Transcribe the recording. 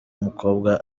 umukobwa